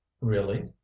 Really